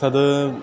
तद्